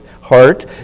heart